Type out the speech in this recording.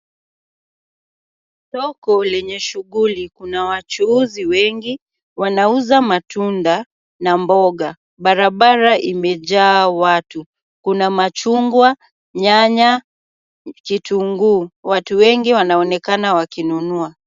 Soko lenye shughuli kuna wachuuzi wengi wanauza matunda na mboga. Barabara imejaa watu. Kuna machungwa, nyanya, kitunguu. Watu wengi wanaonekana wakinunua.